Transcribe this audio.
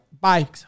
Bye